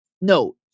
No